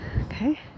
okay